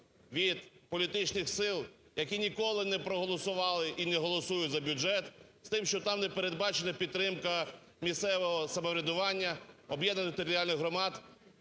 від політичних сил, які ніколи не проголосували і не голосують за бюджет з тим, що там не передбачена підтримка місцевого самоврядування, об'єднаних територіальних громад